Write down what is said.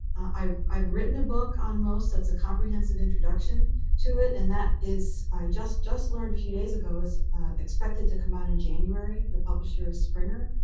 i've i've written a book on most that's a comprehensive introduction to it, and that is i just just learned a few days ago is expected to come out in january. the publisher is springer.